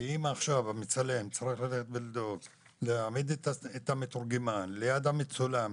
כי אם המצלם צריך לדאוג להעמיד את המתורגמן ליד המצולם,